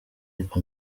ariko